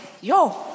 yo